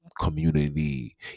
community